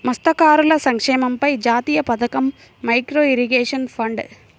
మత్స్యకారుల సంక్షేమంపై జాతీయ పథకం, మైక్రో ఇరిగేషన్ ఫండ్